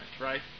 right